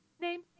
Name